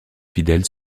fidèles